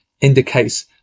indicates